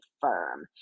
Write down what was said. firm